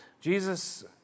Jesus